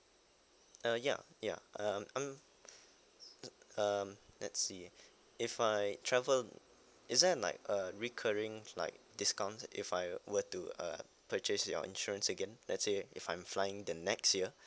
uh ya ya uh um um let's see if I travel is there like a recurring like discounts if I were to uh purchase your insurance again let's say if I'm flying the next